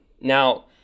now